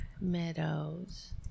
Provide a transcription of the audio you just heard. Meadows